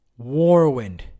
Warwind